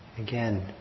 again